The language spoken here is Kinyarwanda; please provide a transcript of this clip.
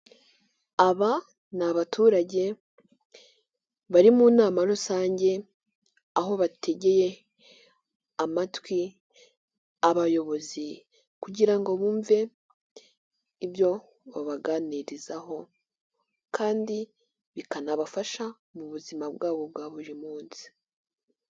Aba ni abaturage bari mu nama rusange aho bategeye amatwi abayobozi kugira ngo bumve ibyo babaganirizaho kandi bikanabafasha mu buzima bwabo bwa buri munsi.